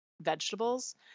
vegetables